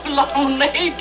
lonely